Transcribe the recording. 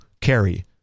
carry